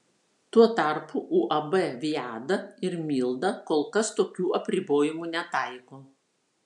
tuo tarpu uab viada ir milda kol kas tokių apribojimų netaiko